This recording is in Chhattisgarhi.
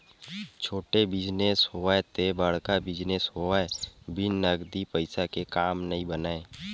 छोटे बिजनेस होवय ते बड़का बिजनेस होवय बिन नगदी पइसा के काम नइ बनय